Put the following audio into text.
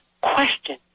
question